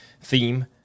theme